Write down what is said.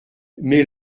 mais